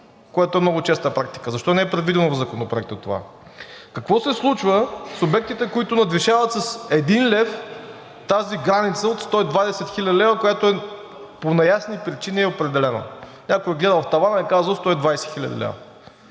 което е много честа практика, и защо не е предвидено в Законопроекта това? Какво се случва с обектите, които надвишават с един лев тази граница от 120 хил. лв., която по неясни причини е определена? Някой е гледал в тавана и е казал: „120 хил.